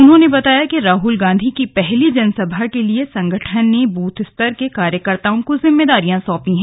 उन्होंने बताया कि राहुल गांधी की पहली जनसभा के लिए संगठन ने बूथ स्तर के कार्यकर्ताओं को जिम्मेदारियां सौंपी हैं